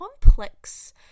complex